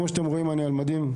כמו שאתם רואים אני על מדים,